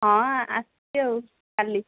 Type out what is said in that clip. ହଁ ଆସିଛି ଆଉ କାଲି